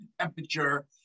temperature